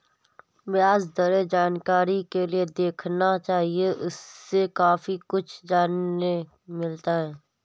ब्याज दरें जानकारी के लिए देखना चाहिए, उससे काफी कुछ जानने मिलता है